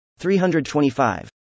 325